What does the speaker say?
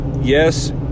yes